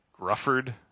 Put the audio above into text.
Grufford